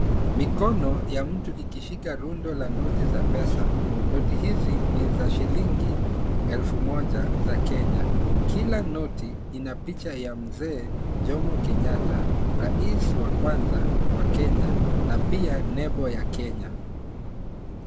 Mikono ya mtu ikishika rundo la noti za pesa. Noti hizi ni za shilingi elfu moja za Kenya. Kila noti ina picha ya mzee Jomo Kenyatta, rais wa kwanza wa kenya na pia nembo ya kenya.